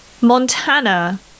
Montana